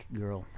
girl